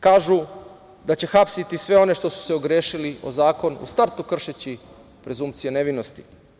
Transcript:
Kažu da će hapsiti sve one što su se ogrešili o zakon u startu kršeći prezumcija nevinosti.